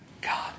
God